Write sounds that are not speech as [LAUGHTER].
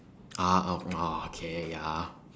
ah [NOISE] ah okay ya